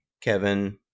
Kevin